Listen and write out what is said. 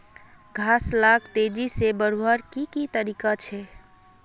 घास लाक तेजी से बढ़वार की की तरीका छे?